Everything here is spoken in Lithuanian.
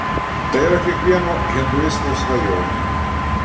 tai yra kiekvieno hinduisto svajonė